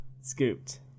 scooped